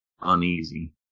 uneasy